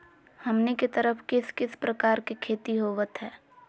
हमनी के तरफ किस किस प्रकार के खेती होवत है?